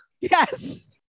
Yes